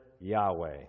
Yahweh